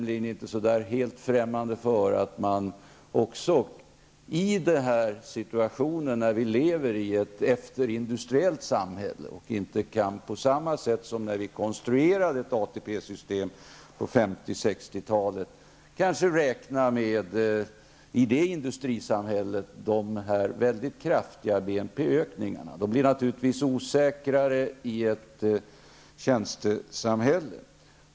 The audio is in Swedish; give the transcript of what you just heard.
I den här situationen, när vi lever i ett efterindustriellt samhälle, kan vi inte på samma sätt som vid konstruktionen av ATP-systemet på 50 och 60-talen räkna med väldigt kraftiga BNP ökningar. Dessa ökningar blir naturligtvis osäkrare i ett tjänstesamhälle.